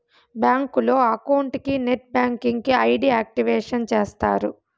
బ్యాంకులో అకౌంట్ కి net banking కి ఐ.డి యాక్టివేషన్ చేస్తారు